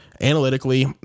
analytically